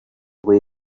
way